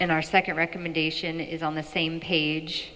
in our second recommendation is on the same page